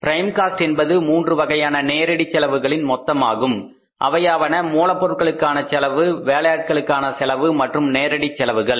prime cost என்பது மூன்று வகையான நேரடி செலவுகளின் மொத்தம் ஆகும் அவையாவன மூலப் பொருட்களுக்கான செலவு வேலையாட்களுக்கான செலவு மற்றும் மற்ற நேரடி செலவுகள்